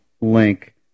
link